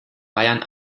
bayern